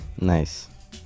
nice